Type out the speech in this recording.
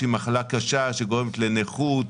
שהיא מחלה קשה שגורמת לנכות.